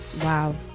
wow